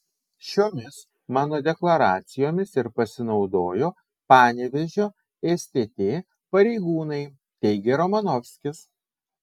šiomis mano deklaracijomis ir pasinaudojo panevėžio stt pareigūnai teigė romanovskis